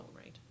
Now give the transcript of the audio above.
right